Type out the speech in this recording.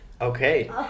Okay